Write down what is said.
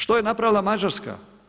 Što je napravila Mađarska?